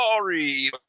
sorry